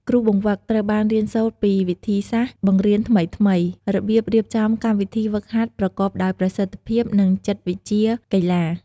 គ្រូបង្វឹក ត្រូវបានរៀនសូត្រពីវិធីសាស្ត្របង្រៀនថ្មីៗ របៀបរៀបចំកម្មវិធីហ្វឹកហាត់ប្រកបដោយប្រសិទ្ធភាព និងចិត្តវិទ្យាកីឡា។